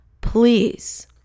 please